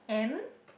M